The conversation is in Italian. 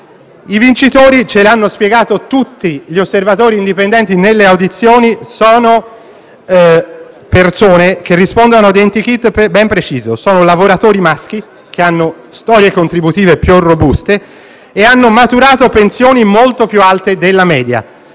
I vincitori - come hanno spiegato tutti gli osservatori indipendenti nelle audizioni - sono persone che rispondono a un *identikit* ben preciso; sono lavoratori maschi che hanno storie contributive più robuste e hanno maturato pensioni molto più alte della media.